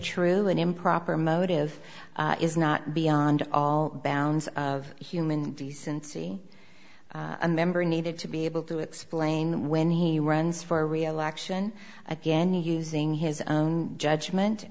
true an improper motive is not beyond all bounds of human decency a member needed to be able to explain when he runs for reelection again using his own judgment